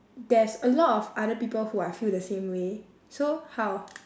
there's a lot of other people who I feel the same way so how